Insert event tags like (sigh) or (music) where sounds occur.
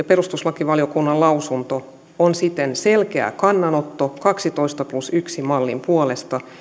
(unintelligible) perustuslakivaliokunnan lausunto on siten selkeä kannanotto kaksitoista plus yksi mallin puolesta